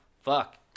Fuck